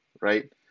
Right